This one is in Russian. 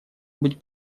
быть